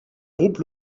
groupe